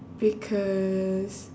because